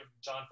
John